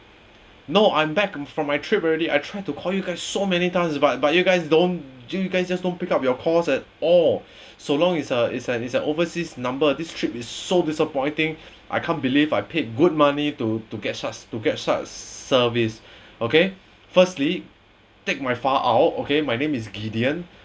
no I'm back from my trip already I tried to call you guys so many times but but you guys don't do you guys don't pick up your calls at all so long is a is a is a overseas number this trip is so disappointing I can't believe I paid good money to to get such to get such service okay firstly take my file out okay my name is gideon